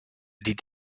die